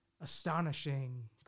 astonishing